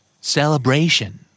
Celebration